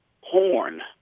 horn